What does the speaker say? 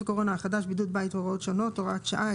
הקורונה החדש) (בידוד בית והוראות שונות) (הוראת שעה),